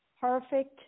Perfect